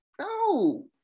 No